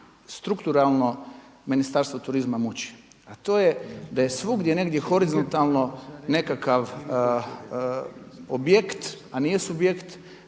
strukturalno Ministarstvo turizma muči, a to je da je svugdje negdje horizontalno nekakav objekt, a nije subjekt